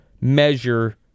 measure